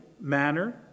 manner